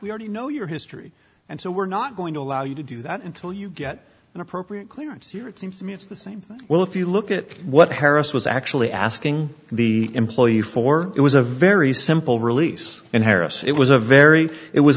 we already know your history and so we're not going to allow you to do that until you get an appropriate clearance here it seems to me it's the same well if you look at what harris was actually asking the employee for it was a very simple release and harris it was a very it was